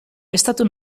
estatu